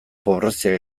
pobreziak